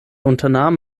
unternahm